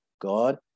God